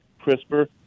CRISPR